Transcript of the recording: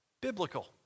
Biblical